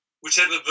Whichever